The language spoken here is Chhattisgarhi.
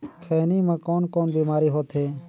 खैनी म कौन कौन बीमारी होथे?